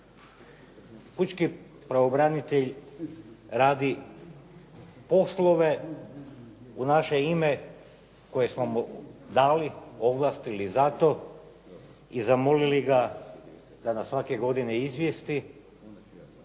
Pučki pravobranitelj radi poslove unaša ime koje smo mu dali ili ovlast za to i zamolili ga da nas svake godine izvijesti,